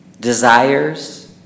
desires